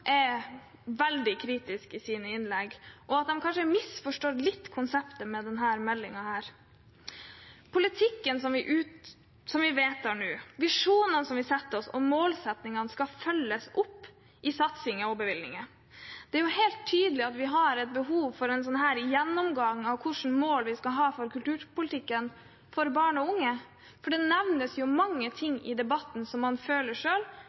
er veldig kritiske i sine innlegg, og at de kanskje misforstår litt konseptet med denne meldingen. Politikken vi vedtar nå, visjonene vi setter oss, og målsettingene skal følges opp i satsinger og bevilgninger. Det er helt tydelig at vi har et behov for en gjennomgang av hvilke mål vi skal ha for kulturpolitikken for barn og unge, for det nevnes jo mange ting i debatten som man føler